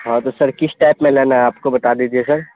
ہاں تو سر کس ٹائپ میں لینا ہے آپ کو بتا دیجیے سر